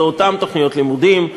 באותן תוכניות לימודים,